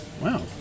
Wow